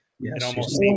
Yes